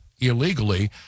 illegally